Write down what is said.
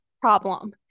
problem